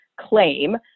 claim